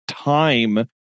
Time